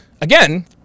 again